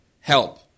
help